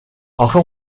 اخه